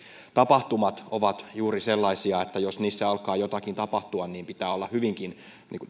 tapahtumat ovat juuri sellaisia että jos niissä alkaa jotakin tapahtua niin pitää olla hyvinkin